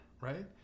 right